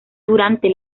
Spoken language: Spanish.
durante